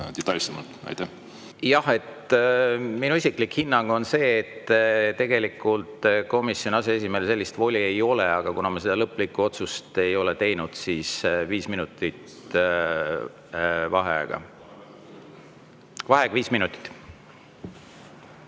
Minu isiklik hinnang on see, et tegelikult komisjoni aseesimehel sellist voli ei ole, aga kuna me seda lõplikku otsust ei ole teinud, siis viis minutit vaheaega. Vaheaeg viis minutit.V